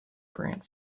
grant